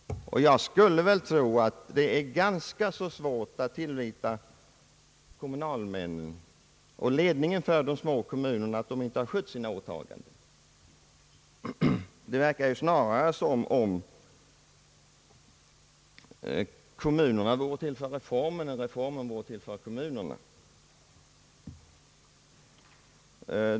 Jag skulle tro att det är ganska svårt att tillvita kommunalmännen och ledningen för de små kommunerna att de inte har skött sina åtaganden. Det verkar snarare som om kommunerna vore till för reformen och inte reformen för kommunerna.